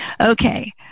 Okay